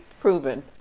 proven